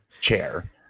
chair